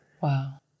wow